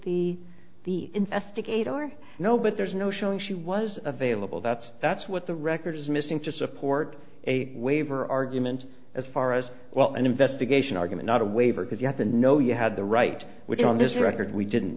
be the investigator or no but there's no showing she was available that's that's what the record is missing to support a waiver argument as far as well an investigation argument not a waiver because you have to know you had the right which on this record we didn't